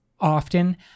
often